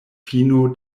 fino